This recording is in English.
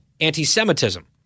anti-Semitism